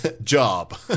job